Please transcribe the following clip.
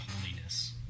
holiness